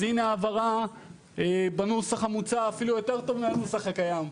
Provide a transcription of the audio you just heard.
הנה ההבהרה בנוסח המוצע אפילו יותר טוב מהנוסח הקיים.